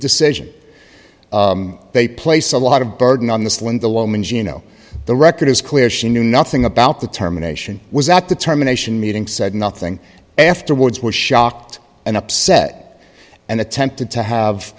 decision they place a lot of burden on the still in the woman's you know the record is clear she knew nothing about the terminations was at the terminations meeting said nothing afterwards was shocked and upset and attempted to have